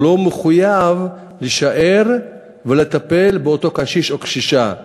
הוא לא מחויב להישאר ולטפל באותו קשיש או קשישה.